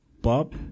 Bob